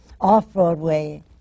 off-Broadway